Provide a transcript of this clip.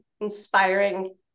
inspiring